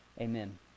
amen